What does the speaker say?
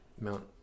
Mount